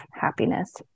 happiness